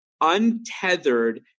untethered